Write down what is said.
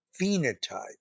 phenotype